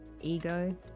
ego